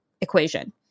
equation